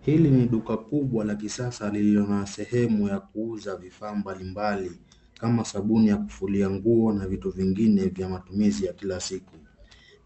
Hili ni duka kubwa la kisasa, lililo na sehemu ya kuuza vifaa mbalimbali kama sabuni ya kufulia nguo na vitu vingine vya matumizi ya kila siku.